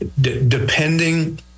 Depending